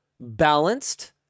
balanced